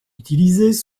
utilisés